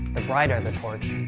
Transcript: the brighter and the torch